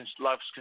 loves